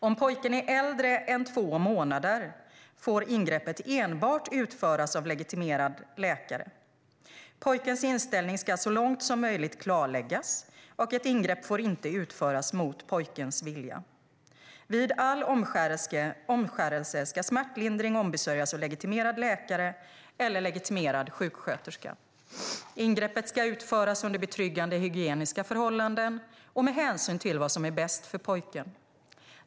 Om pojken är äldre än två månader får ingreppet enbart utföras av legitimerad läkare. Pojkens inställning ska så långt som möjligt klarläggas, och ett ingrepp får inte utföras mot pojkens vilja. Vid all omskärelse ska smärtlindring ombesörjas av legitimerad läkare eller legitimerad sjuksköterska. Ingreppet ska utföras under betryggande hygieniska förhållanden och med hänsyn till vad som är bäst för pojken.